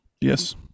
Yes